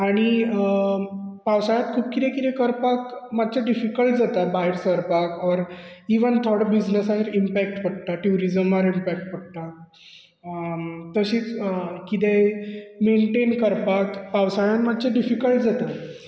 आनी पावसाळ्यांत खूब कितें कितें करपाक मातशें डिफीकल्ट जाता भायर सरपाक ऑर इवन थोडो बिजनसार इंपॅक्ट पडटा ट्यूरिजमार इंपॅक्ट पडटा तशीच कितें मेंटेन करपाक पावसाळ्यांत मातशें डिफिकल्ट जाता